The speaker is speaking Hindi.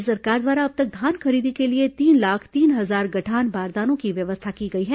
राज्य सरकार द्वारा अब तक धान खरीदी के लिए तीन लाख तीन हजार गठान बारदानों की व्यवस्था की गई है